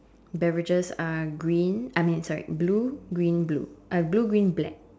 beverages are green I mean sorry blue green blue uh blue green black